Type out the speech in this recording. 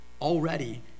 already